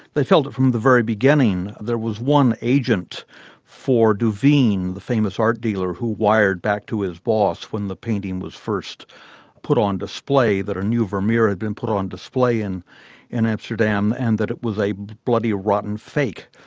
they felt it from the very beginning. there was one agent for duveen, the famous art dealer, who wired back to his boss when the painting was first put on display that a new vermeer had been put on display in in amsterdam and that it was a bloody rotten fake.